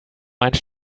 einmal